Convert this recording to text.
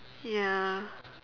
ya